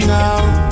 now